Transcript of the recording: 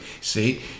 see